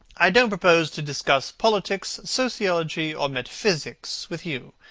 i don't propose to discuss politics, sociology, or metaphysics with you.